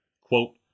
Quote